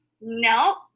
no